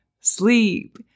sleep